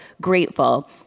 grateful